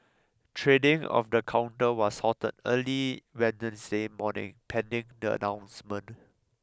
trading of the counter was halted early Wednesday morning pending the announcement